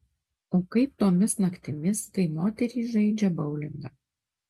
o kaip tomis naktimis kai moterys žaidžia boulingą